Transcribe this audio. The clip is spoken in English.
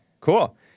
Cool